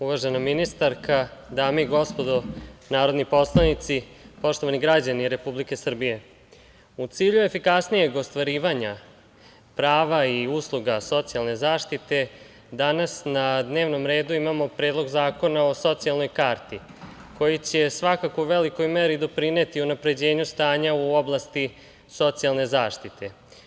Uvažena ministarka, dame i gospodo narodni poslanici, poštovani građani Republike Srbije, u cilju efikasnijeg ostvarivanja prava i usluga socijalne zaštite danas na dnevnom redu imamo Predlog zakona o socijalnoj karti, koji će svakako u velikoj meri doprineti unapređenju stanja u oblasti socijalne zaštite.